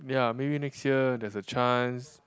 ya maybe next year there's a chance